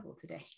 today